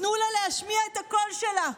תנו לה להשמיע את הקול שלה.